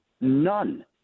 none